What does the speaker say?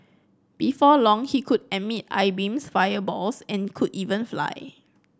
before long he could emit eye beams fireballs and could even fly